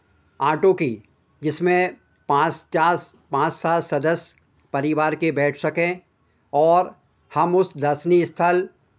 auto की जिसमें पाँस चास पाँच सात सदस्य परिवार के बैठ सकें और हम उस दर्शनीय स्थल